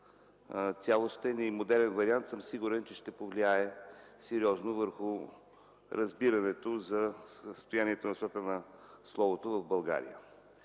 цялостен и модерен вариант, съм сигурен, че ще повлияе сериозно върху разбирането за състоянието на свободата на словото в България.